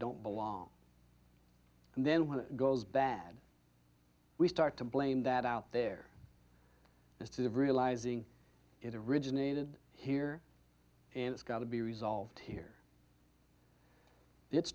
don't belong and then when it goes bad we start to blame that out there as to the realizing it originated here and it's got to be resolved here it's